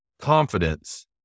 confidence